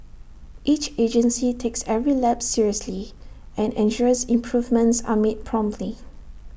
each agency takes every lapse seriously and ensures improvements are made promptly